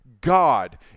God